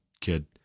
kid